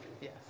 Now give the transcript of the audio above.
Yes